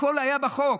הכול היה בחוק,